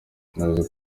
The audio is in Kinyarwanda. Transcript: ntuzi